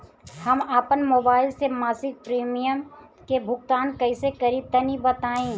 हम आपन मोबाइल से मासिक प्रीमियम के भुगतान कइसे करि तनि बताई?